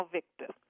Victor